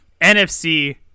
NFC